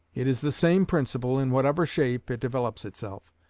it is the same principle, in whatever shape it develops itself.